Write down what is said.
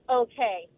okay